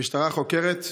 המשטרה חוקרת.